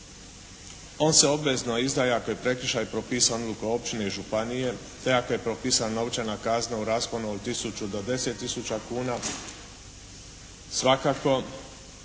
On se obvezno izdaje ako je prekršaj propisan u okviru općine i županije te ako je propisana novčana kazna u rasponu od tisuću do 10 tisuća kuna. Svakako